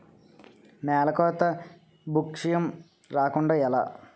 నేలకోత భూక్షయం రాకుండ ఎలా?